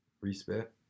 Respect